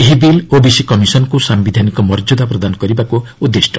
ଏହି bill OBC କମିଶନ୍କୁ ସାୟିଧାନିକ ମର୍ଯ୍ୟାଦା ପ୍ରଦାନ କରିବାକୁ ଉଦ୍ଦିଷ୍ଟ